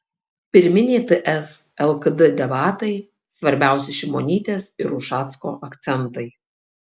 pirminiai ts lkd debatai svarbiausi šimonytės ir ušacko akcentai